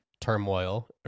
turmoil